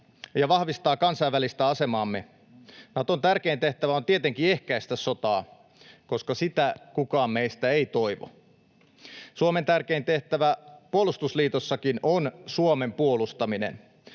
ja vahvistaa kansainvälistä asemaamme. Naton tärkein tehtävä on tietenkin ehkäistä sotaa, koska sitä kukaan meistä ei toivo. Suomen tärkein tehtävä puolustusliitossakin on Suomen puolustaminen.